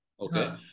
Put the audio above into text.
Okay